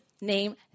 name